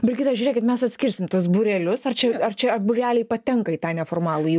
brigita žiūrėkit mes atskirsim tuos būrelius ar ar čia ar būreliai patenka į tą neformalųjį